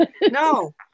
No